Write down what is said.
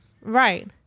right